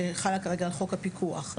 שחלה כרגע על חוק הפיקוח.